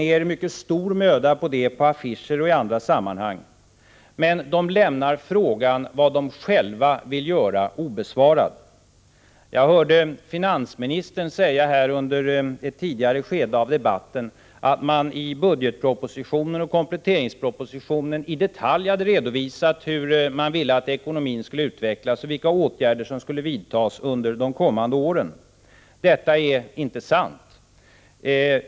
ned mycket stor möda på att på affischer och i andra sammanhang föra fram den kritiken. Men de lämnar frågan om vad de själva vill göra obesvarad. Jag hörde finansministern säga i ett tidigare skede av debatten att regeringen i budgetpropositionen och kompletteringspropositionen i detalj hade redovisat hur regeringen ville att ekonomin skulle utvecklas och vilka åtgärder som skulle vidtas under de kommande åren. Detta är inte sant.